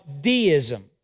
deism